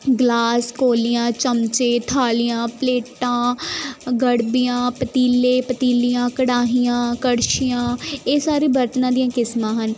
glass ਕੌਲੀਆਂ ਚਮਚੇ ਥਾਲੀਆਂ ਪਲੇਟਾਂ ਗੜ੍ਹਵੀਆਂ ਪਤੀਲੇ ਪਤੀਲੀਆਂ ਕੜਾਹੀਆਂ ਕੜਛੀਆਂ ਇਹ ਸਾਰੇ ਬਰਤਨਾਂ ਦੀਆਂ ਕਿਸਮਾਂ ਹਨ